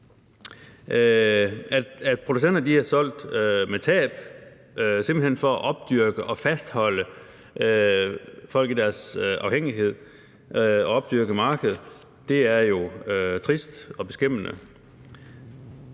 At producenter har solgt med tab simpelt hen for at opdyrke og fastholde folk i deres afhængighed og opdyrke markedet, er jo trist og beskæmmende.